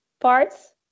parts